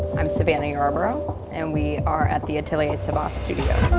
i'm savannah yarborough and we are at the atelier savas studio.